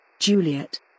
Juliet